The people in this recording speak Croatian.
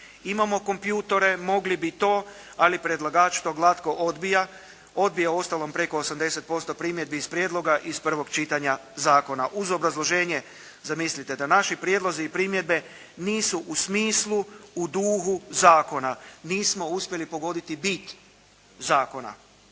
Imamo kompjutore, mogli bi to, ali predlagač to glatko odbija. Odbija uostalom preko 80% primjedbi iz prijedloga iz prvog čitanja zakona uz obrazloženje zamislite da naši prijedlozi i primjedbe nisu u smislu, u duhu zakona. Nismo uspjeli pogoditi bit zakona,